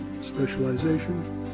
specialization